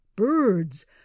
Birds